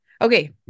okay